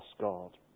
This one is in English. God